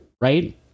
right